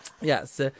Yes